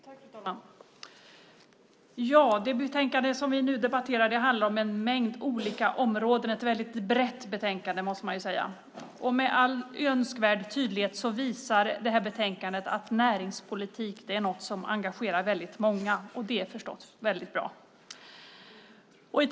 Fru talman! Det betänkande som vi nu debatterar handlar om en mängd olika områden. Man måste säga att det är ett väldigt brett betänkande. Med all önskvärd tydlighet visar detta betänkande att näringspolitik är något som engagerar väldigt många, och det är förstås väldigt bra.